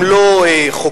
הם לא חוקרים,